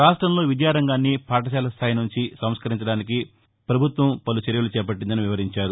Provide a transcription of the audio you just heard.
రాష్ట్రంలో విద్యారంగాన్ని పాఠశాల స్థాయి నుండి సంస్కరించడానికి రాష్ట్ర ప్రభుత్వం పలు చర్యలు చేపట్టిందని వివరించారు